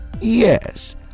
Yes